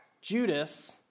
Judas